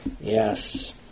Yes